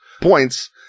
points